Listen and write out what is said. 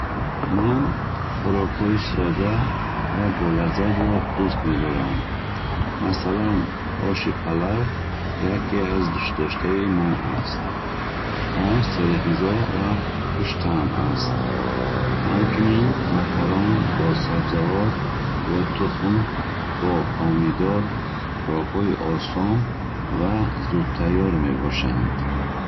Ман хӯрокҳои содда ва болаззатро дӯст медорам. Масалан, оши палав яке аз дӯстдоштаи ман аст. Он серғизо ва хуштаъм аст. Ҳамчунин макарон бо сабзавот ё тухм бо помидор хӯрокҳои осон ва зудтайёр мебошанд.